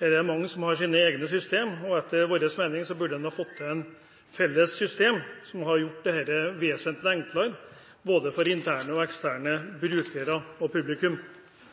Her er det mange som har sine egne systemer. Etter vår mening burde en ha fått til et felles system som hadde gjort dette vesentlig enklere, både for interne og eksterne brukere og publikum.